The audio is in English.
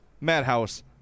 Madhouse